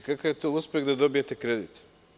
Čekaj, kakav je to uspeh da dobijete kredit?